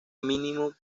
mínimo